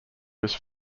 was